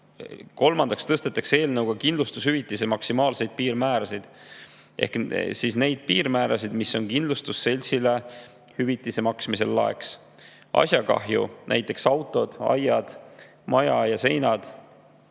Kolmandaks tõstetakse eelnõuga kindlustushüvitise maksimaalseid piirmäärasid ehk neid piirmäärasid, mis on kindlustusseltsile hüvitise maksmisel laeks. Asjakahju, näiteks autod, aiad ja majaseinad,